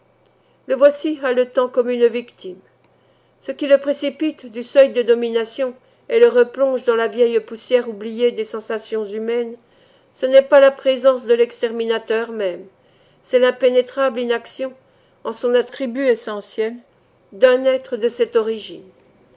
le voici haletant comme une victime ce qui le précipite du seuil de domination et le replonge dans la vieille poussière oubliée des sensations humaines ce n'est pas la présence de l'exterminateur même c'est l'impénétrable inaction en son attribut essentiel d'un être de cette origine